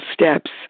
steps